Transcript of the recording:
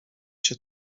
się